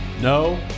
No